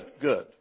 good